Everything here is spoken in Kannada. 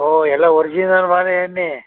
ಓಹ್ ಎಲ್ಲ ವರ್ಜಿನಲ್ ಮಾಲೆ ಅನ್ನಿ